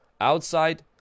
Outside